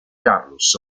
carlos